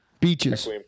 Beaches